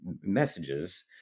Messages